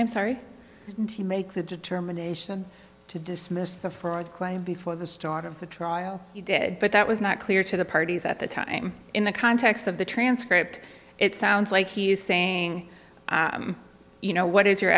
i'm sorry to make that determination to dismiss the fraud claim before the start of the trial you did but that was not clear to the parties at the time in the context of the transcript it sounds like he's saying you know what is your